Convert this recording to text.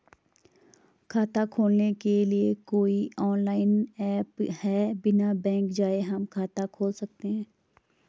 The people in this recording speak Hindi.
खाता खोलने के लिए कोई ऑनलाइन ऐप है बिना बैंक जाये हम खाता खोल सकते हैं?